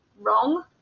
wrong